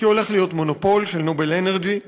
כי הולך להיות מונופול של "נובל אנרג'י";